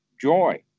joy